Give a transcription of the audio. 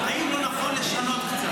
האם לא נכון לשנות קצת?